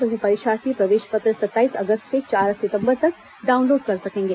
वहीं परीक्षार्थी प्रवेश पत्र सत्ताईस अगस्त से चार सितंबर तक डाउनलोड कर सकेंगे